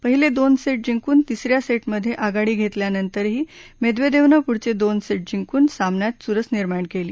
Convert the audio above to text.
पहिले दोन सेट जिंकून तिसऱ्या सेटमध्ये आघाडी घेतल्यानंतरही मेदवेदेवनं पुढचे दोन सेट जिंकून सामन्यात चुरस निर्माण केली